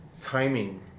Timing